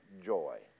joy